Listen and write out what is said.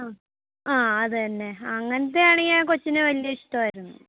അ ആ അത് തന്നെ അങ്ങനത്തെ ആണെങ്കിൽ കൊച്ചിന് വലിയ ഇഷ്ടമായിരുന്നു